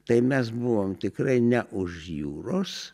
tai mes buvom tikrai ne už jūros